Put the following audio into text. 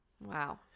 Wow